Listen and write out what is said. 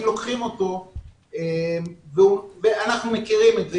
לוקחים אותו ואנחנו מכירים את זה,